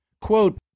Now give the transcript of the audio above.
Quote